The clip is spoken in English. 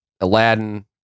Aladdin